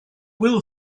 will